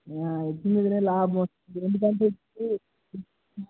eggs మీద లాభం వస్తుంది ఎందుకని ఇవి